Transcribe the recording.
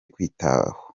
kwitaho